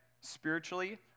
Spiritually